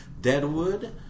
Deadwood